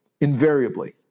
invariably